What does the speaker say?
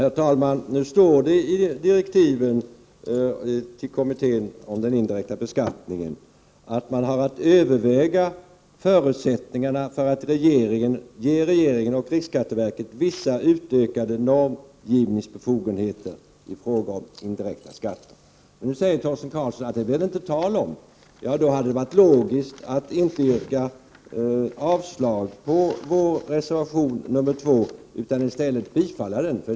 Herr talman! Det står i direktiven till kommittén som utreder den indirekta beskattningen att man har att överväga förutsättningarna för att ge regeringen och riksskatteverket vissa utökade normgivningsbefogenheter i fråga om den indirekta skatten. Nu säger Torsten Karlsson att det inte blir tal om det. Då hade det varit logiskt att inte yrka avslag på vår reservation nr 2, utan att i stället yrka bifall till den.